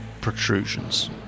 protrusions